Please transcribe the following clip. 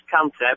concept